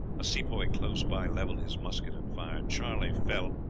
a sepoy close by leveled his musket and fired. charley fell,